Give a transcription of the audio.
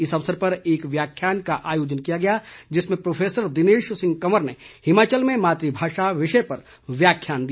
इस अवसर पर एक व्याख्यान का आयोजन किया गया जिसमें प्रोफेसर दिनेश सिंह कंवर ने हिमाचल में मात भाषा पर व्याख्यान दिया